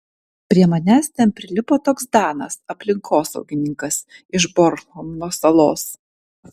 prie manęs ten prilipo toks danas aplinkosaugininkas iš bornholmo salos